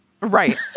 right